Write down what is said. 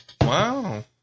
Wow